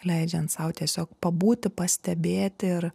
leidžiant sau tiesiog pabūti pastebėti ir